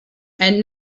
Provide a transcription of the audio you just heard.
and